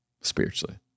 spiritually